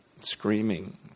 screaming